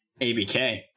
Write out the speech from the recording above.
ABK